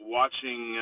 watching